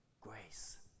grace